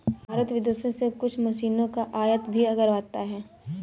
भारत विदेशों से कुछ मशीनों का आयात भी करवाता हैं